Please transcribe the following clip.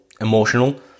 emotional